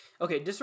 Okay